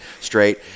straight